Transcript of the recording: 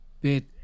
bit